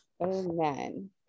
Amen